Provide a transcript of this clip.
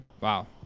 wow